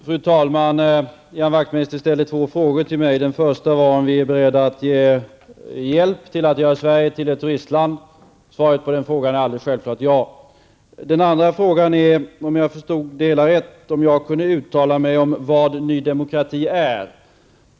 Fru talman! Ian Wachtmeister ställde två frågor till mig. Den första var om vi var beredda att ge hjälp till att göra Sverige till ett turistland. Svaret på den frågan är alldeles självklart ja. Den andra frågan -- om jag förstod den rätt -- gällde om jag kunde uttala mig om vad Ny Demokrati är.